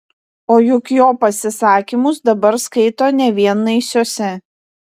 o juk jo pasisakymus dabar skaito ne vien naisiuose